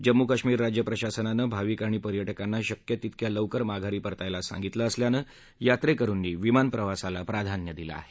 जम्मू काश्मीर राज्य प्रशासनानं भाविक आणि पर्यटकांना शक्य तितक्या लवकर माघारी परतायला सांगितलं असल्यानं यात्रेकरूंनी विमानप्रवासाला प्राधान्य दिलं आहे